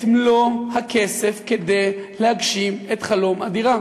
מלוא הכסף כדי להגשים את חלום הדירה,